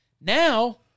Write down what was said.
Now